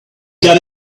got